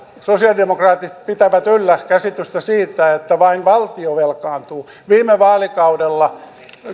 sosialidemokraatit pitävät yllä käsitystä siitä että vain valtio velkaantuu viime vaalikaudella